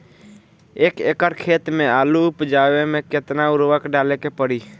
एक एकड़ खेत मे आलू उपजावे मे केतना उर्वरक डाले के पड़ी?